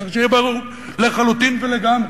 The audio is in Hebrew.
צריך שיהיה ברור לחלוטין ולגמרי.